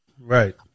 Right